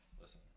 listen